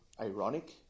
Ironic